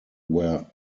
where